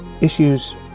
issues